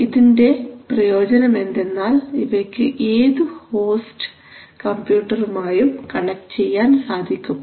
ഇതിന്റെ പ്രയോജനം എന്തെന്നാൽ ഇവയ്ക്ക് ഏതു ഹോസ്റ്റ് കംപ്യൂട്ടറുമായും കണക്ട് ചെയ്യാൻ സാധിക്കും